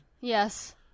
Yes